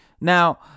Now